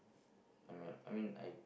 I'm not I mean I